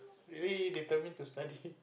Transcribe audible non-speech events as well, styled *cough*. really determine to study *laughs*